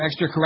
extracurricular